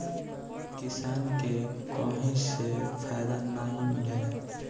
किसान के कहीं से फायदा नाइ मिलेला